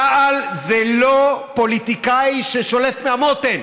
צה"ל זה לא פוליטיקאי ששולף מהמותן.